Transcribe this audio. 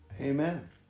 Amen